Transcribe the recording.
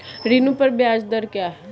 ऋण पर ब्याज दर क्या है?